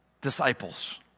disciples